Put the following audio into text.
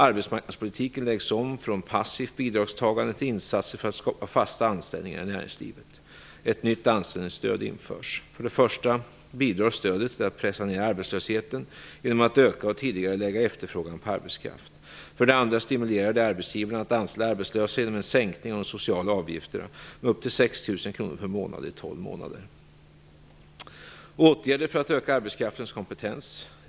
Arbetsmarknadspolitiken läggs om från passivt bidragstagande till insatser för att skapa fasta anställningar i näringslivet. Ett nytt anställningsstöd införs. För det första bidrar stödet till att pressa ned arbetslösheten genom att öka och tidigarelägga efterfrågan på arbetskraft. För det andra stimulerar det arbetsgivarna att anställa arbetslösa genom en sänkning av de sociala avgifterna med upp till 6 000 kr per månad i - Åtgärder vidtas för att öka arbetskraftens kompetens.